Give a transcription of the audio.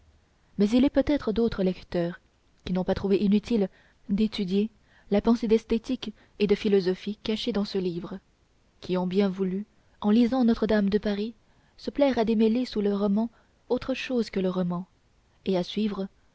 mais il est peut-être d'autres lecteurs qui n'ont pas trouvé inutile d'étudier la pensée d'esthétique et de philosophie cachée dans ce livre qui ont bien voulu en lisant notre-dame de paris se plaire à démêler sous le roman autre chose que le roman et à suivre